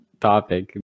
topic